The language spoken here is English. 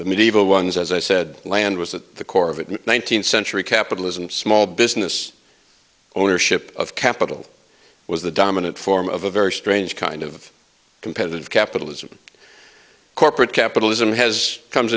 the medieval ones as i said land was at the core of it in one nine hundred centuries capitalism small business ownership of capital was the dominant form of a very strange kind of competitive capitalism corporate capitalism has comes